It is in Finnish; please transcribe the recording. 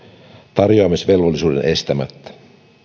työntarjoamisvelvollisuuden estämättä